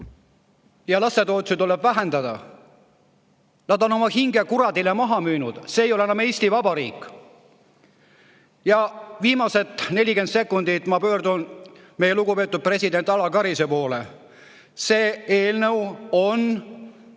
ja lastetoetusi tuleb vähendada. Nad on oma hinge kuradile maha müünud. See ei ole enam Eesti Vabariik. Ja viimase 40 sekundi jooksul ma pöördun meie lugupeetud presidendi Alar Karise poole. See eelnõu on